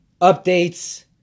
updates